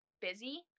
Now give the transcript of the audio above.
busy